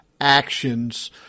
actions